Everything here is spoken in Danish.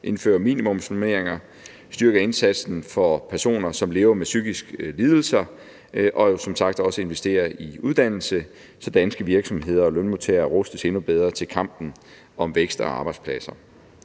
indføre minimumsnormeringer, styrke indsatsen for personer, som lever med psykiske lidelser, og som sagt også investere i uddannelse, så danske virksomheder og lønmodtagere rustes endnu bedre til kampen om vækst og arbejdspladser.